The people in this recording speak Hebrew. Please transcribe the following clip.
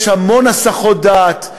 יש המון הסחות דעת,